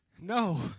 No